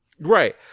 Right